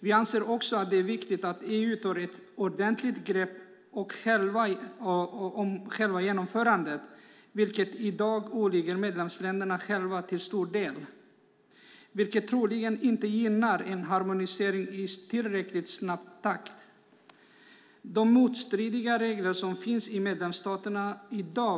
Vidare anser vi att det är viktigt att EU tar ett ordentligt grepp om själva genomförandet, en uppgift som i dag till stor del åligger medlemsländerna själva. Troligen gynnar detta inte en harmonisering i tillräckligt snabb takt. De motstridiga regler som i dag finns i medlemsstaterna